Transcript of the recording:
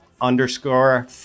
underscore